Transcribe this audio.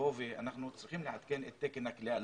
אנחנו צריכים לעדכן את תקן הכליאה.